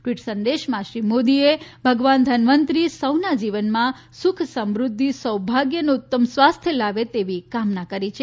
tweet સંદેશમાં શ્રી મોદીએ ભગવાન ધન્વંતરિ સૌના જીવનમાં સુખ સમૃઘ્ઘિ સૌભાગ્ય અને ઉત્તમ સ્વાસ્થય લાવે તેવી કામના કરી છે